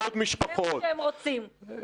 זה מה שהם רוצים.